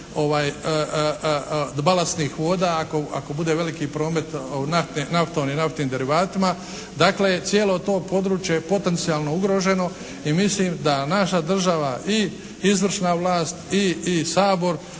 balastnih voda ako bude veliki promet naftom i naftnim derivatima. Dakle, cijelo to područje je potencijalno ugroženo i mislim da naša država i izvršna vlast i Sabor